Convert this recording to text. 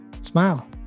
smile